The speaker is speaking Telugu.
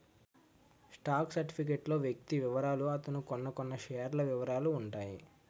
స్టాక్ సర్టిఫికేట్ లో వ్యక్తి వివరాలు అతను కొన్నకొన్న షేర్ల వివరాలు ఉంటాయి